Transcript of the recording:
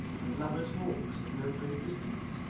and lovers' walks at no great distance,